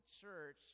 church